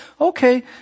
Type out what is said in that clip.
Okay